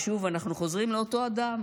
ושוב אנחנו חוזרים לאותו אדם,